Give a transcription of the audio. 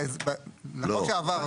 לחוק שעבר.